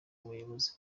ubuyobozi